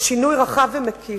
שינוי רחב ומקיף.